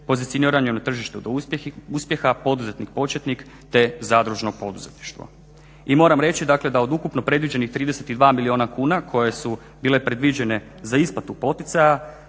Pozicioniranje na tržištu do uspjeha, Poduzetnik početnik te Zadružno poduzetništvo. I moram reći da od ukupno predviđenih 32 milijuna kuna koje su bile predviđene za isplatu poticaja